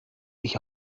ich